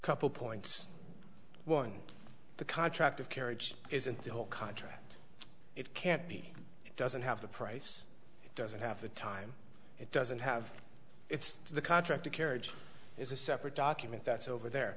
a couple points one the contract of carriage isn't the whole contract it can't be it doesn't have the price it doesn't have the time it doesn't have it's the contract of carriage is a separate document that's over there